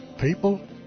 people